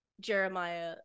Jeremiah